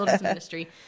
ministry